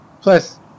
Plus